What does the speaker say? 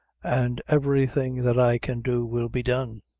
and everything that i can do will be done.